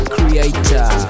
Creator